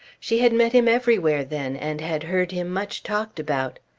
she had met him everywhere then, and had heard him much talked about.